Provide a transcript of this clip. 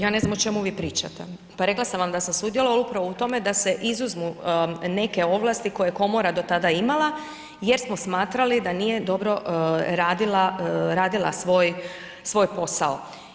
Ja ne znam o čemu vi pričate, pa rekla sam vam da sam sudjelovala upravo u tome da se izuzmu neke ovlasti koje je komora do tada imala jer smo smatrali da nije dobro radila svoj posao.